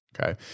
okay